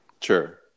sure